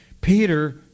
Peter